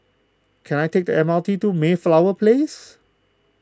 can I take the M R T to Mayflower Place